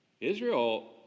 Israel